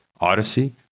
Odyssey